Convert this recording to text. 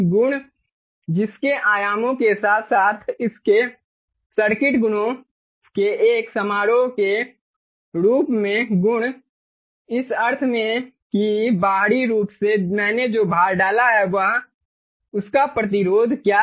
गुण जिसके आयामों के साथ साथ इसके सर्किट गुणों के एक समारोह के रूप में गुण इस अर्थ में कि बाहरी रूप से मैंने जो भार डाला है उसका प्रतिरोध क्या है